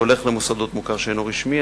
שהולך למוסדות מוכר שאינו רשמי,